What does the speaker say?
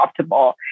optimal